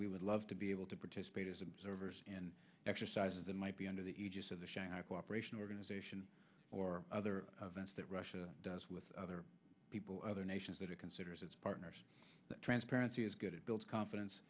we would love to be able to participate as observers and exercises that might be under the aegis of the shanghai cooperation organization or other events that russia does with other people other nations that it considers its partners transparency is good it builds confidence